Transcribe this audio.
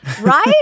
Right